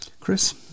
Chris